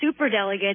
superdelegates